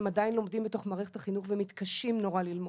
הם עדיין לומדים במערכת החינוך ומתקשים נורא ללמוד,